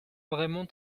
vraiment